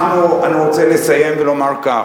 אני רוצה לסיים ולומר כך: